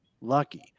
lucky